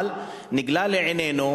אבל נגלה לעינינו,